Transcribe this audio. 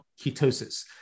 ketosis